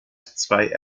zwei